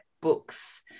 books